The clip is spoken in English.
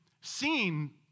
seen